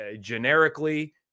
generically